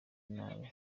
nabi